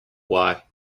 why